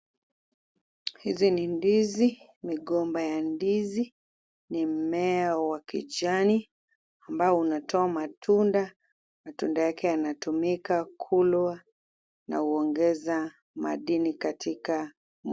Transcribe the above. Hizi ni ndizi, migomba ya ndizi. Ni mmea wa kijani ambao unatoa matunda. Matunda yake yanatumika kulwa na huongeza madini katika mwili.